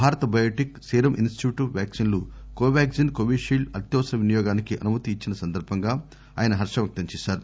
Bharat Biotech Serum Institute వ్యాక్సిన్లు కొవాగ్టిన్ కొవిషీల్డ్ అత్యవసర వినియోగానికి అనుమతి ఇచ్చిన సందర్బంగా ఆయన హర్షం వ్యక్తం చేశారు